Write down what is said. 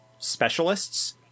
specialists